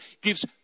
gives